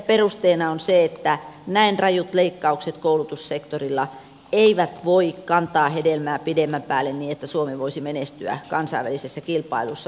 perusteena on se että näin rajut leikkaukset koulutussektorilla eivät voi kantaa hedelmää pidemmän päälle niin että suomi voisi menestyä kansainvälisessä kilpailussa